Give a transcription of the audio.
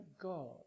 God